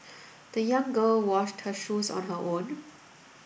the young girl washed her shoes on her own